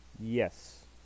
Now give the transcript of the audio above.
yes